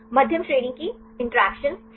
मध्यम श्रेणी की बातचीत सही